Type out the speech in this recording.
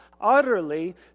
utterly